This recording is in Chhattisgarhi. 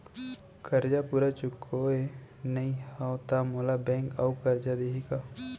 करजा पूरा चुकोय नई हव त मोला बैंक अऊ करजा दिही का?